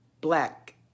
black